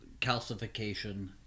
calcification